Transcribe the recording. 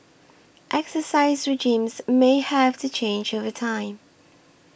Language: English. exercise regimens may have to change over time